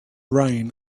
rain